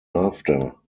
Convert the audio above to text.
after